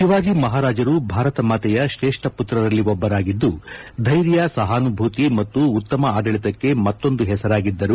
ಶಿವಾಜಿ ಮಹಾರಾಜರು ಭಾರತಮಾತೆಯ ತ್ರೇಷ್ಠ ಪುತ್ರರಲ್ಲಿ ಒಬ್ಬರಾಗಿದ್ದು ಧೈರ್ಯ ಸಹಾನುಭೂತಿ ಮತ್ತು ಉತ್ತಮ ಆಡಳಿತಕ್ಕೆ ಮತ್ತೊಂದು ಹೆಸರಾಗಿದ್ದರು